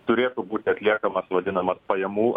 turėtų būti atliekamas vadinamas pajamų